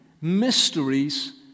mysteries